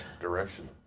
direction